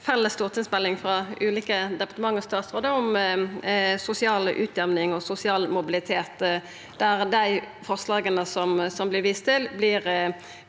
felles stortingsmelding frå ulike departement og statsrådar om sosial utjamning og sosial mobilitet, der dei forslaga som vert viste til,